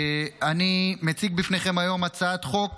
אני מציג בפניכם היום הצעת חוק